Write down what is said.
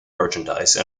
merchandise